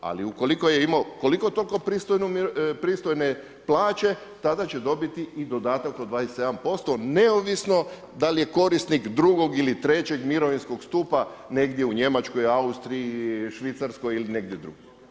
Ali ukoliko je imao koliko toliko pristojne plaće tada će dobiti i dodatak od 27% neovisno da li je korisnik drugog ili trećeg mirovinskog stupa negdje u Njemačkoj, Austriji, Švicarskoj i negdje drugdje.